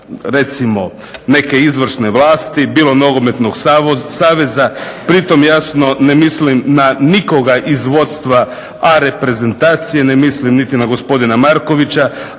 recimo neke izvršne vlasti bilo nogometnog saveza, pri tome ne mislim na nikoga iz vodstva A reprezentacije, ne mislim ni na gospodina Markovića,